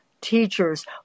teachers